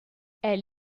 elle